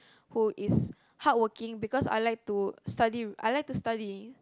who is hardworking because I like to study I like to study